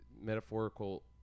metaphorical